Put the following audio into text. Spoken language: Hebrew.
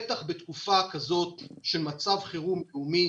בטח בתקופה כזאת של מצב חירום לאומי